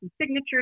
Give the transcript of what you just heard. signatures